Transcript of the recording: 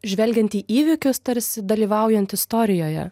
žvelgiant į įvykius tarsi dalyvaujant istorijoje